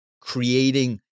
creating